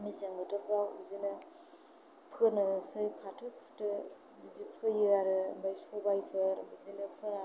मेसें बोथोरफ्राव बिदिनो फोनोसै फाथो फुथो बिदि फोयो आरो ओमफ्राय सबायफोर बिदिनो फोनानै